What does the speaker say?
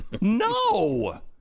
No